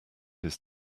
his